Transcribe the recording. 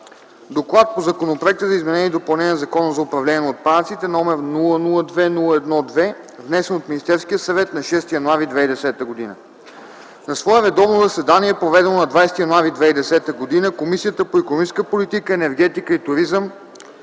„ДОКЛАД по Законопроект за изменение и допълнение на Закона за управление на отпадъците, № 002-01-2, внесен от Министерския съвет на 6 януари 2010 г. На свое редовно заседание, проведено на 20 януари 2010 г., Комисията по икономическата политика, енергетика и туризъм